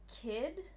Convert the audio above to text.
kid